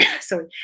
Sorry